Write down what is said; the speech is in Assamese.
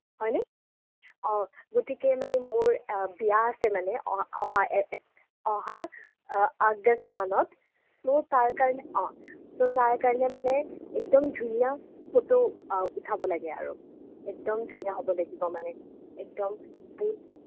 হয়নে অঁ গতিকে মানে মোৰ বিয়া আছে মানে অ অহা অহা আগষ্টমানত মোক তাৰ কাৰণে অঁ মোৰ তাৰকাৰণে মানে একদম ধুনীয়া ফটো উঠাব লাগে আৰু একদম ধুনীয়া হ'ব লাগিব মানে একদম বু